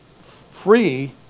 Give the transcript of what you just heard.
free